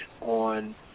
on